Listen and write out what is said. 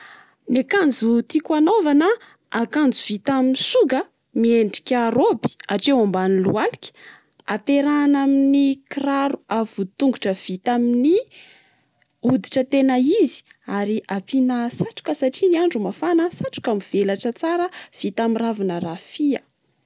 Ny akanjo tiako anaovana a, akanjo vita amin'ny soga, miendrika rôby hatreo ambany lohalika. Ampiarahana amin'ny kiraro avo voditongotra vita amin'ny hoditra tena izy. Ary ampiana satroka satria ny andro mafana, satroka mivelatra tsara vita amin'ny ravina rafia.